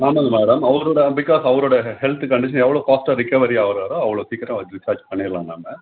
normal madam அவரோடய because அவரோடய health condition எவ்வளோ பாஸ்ட்டாக ரெகவரி ஆகுறாரோ அவ்வளோ சீக்கிரம் டிஸ்சார்ஜ் பண்ணிடலாம் நாம்